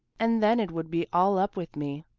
and then it would be all up with me.